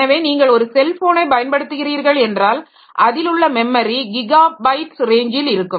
எனவே நீங்கள் ஒரு செல்போனைப் பயன்படுத்துகிறீர்கள் என்றால் அதில் உள்ள மெமரி கிகாபைட்ஸ் ரேஞ்சில் இருக்கும்